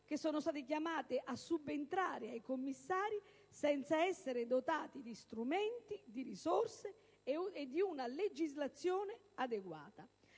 che sono state chiamate a subentrare ai commissari senza essere dotate di strumenti, risorse e di una legislazione adeguata.